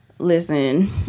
Listen